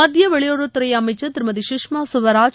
மத்திய வெளியுறவுத்துறை அமைச்சர் திருமதி கஷ்மா ஸ்வராஜ்